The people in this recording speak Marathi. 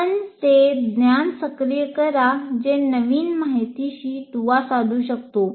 आपण ते ज्ञान सक्रिय करा जे नवीन माहितीशी दुवा साधू शकतो